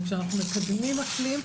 כשאנחנו מקדמים אקלים,